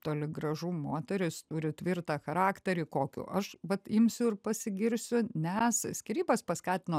toli gražu moterys turi tvirtą charakterį kokiu aš vat imsiu ir pasigirsiu nes skyrybas paskatino